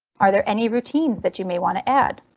are there any routines that you may want to add?